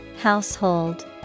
Household